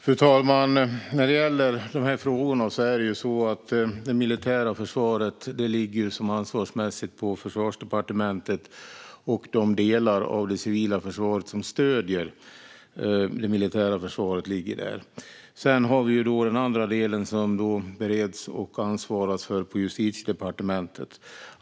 Fru talman! Ansvaret för de här frågorna vad gäller det militära försvaret och de delar av det civila försvaret som stöder det militära försvaret ligger på Försvarsdepartementet. Justitiedepartementet bereder och ansvarar för den andra delen.